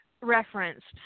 referenced